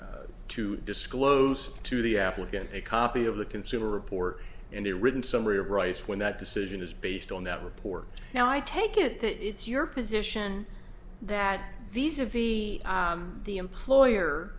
to disclose to the applicant a copy of the consumer report in a written summary of rice when that decision is based on that report now i take it that it's your position that these are be the employer